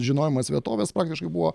žinojimas vietovės praktiškai buvo